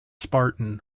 spartan